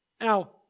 Now